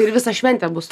ir visą šventė bus